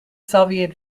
soviet